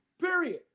period